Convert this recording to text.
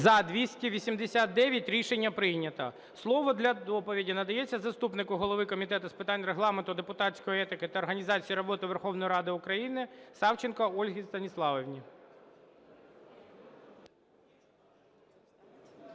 За-289 Рішення прийнято. Слово для доповіді надається заступнику голови Комітету з питань Регламенту, депутатської етики та організації роботи Верховної Ради України Савченко Ользі Станіславівні.